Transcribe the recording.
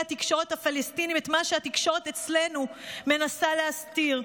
התקשורת הפלסטיניים את מה שהתקשורת אצלנו מנסה להסתיר: